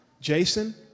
Jason